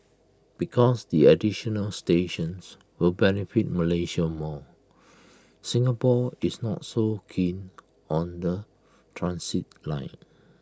because the additional stations will benefit Malaysia more Singapore is not so keen on the transit line